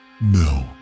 No